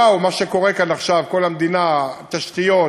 וואו, מה שקורה כאן עכשיו, כל המדינה, התשתיות,